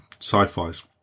sci-fis